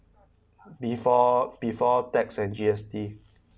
before before tax and G_S_T